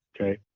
Okay